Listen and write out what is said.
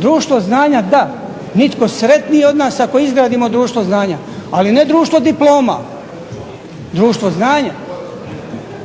Društvo znanja da. Nitko sretniji od nas ako izgradimo društvo znanja. Ali ne društvo diploma, društvo znanja.